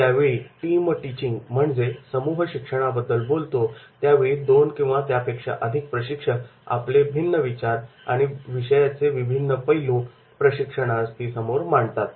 ज्यावेळी आपण team teaching म्हणजेच समूह शिक्षणाबद्दल बोलतो त्यावेळी दोन किंवा त्यापेक्षा अधिक प्रशिक्षक आपले भिन्न विचार आणि विषयाचे विविध पैलू प्रशिक्षणार्थी समोर मांडतात